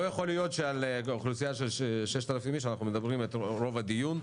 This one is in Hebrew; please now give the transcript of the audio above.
לא יכול להיות שעל אוכלוסייה של 6,000 איש אנחנו מדברים רוב הדיון.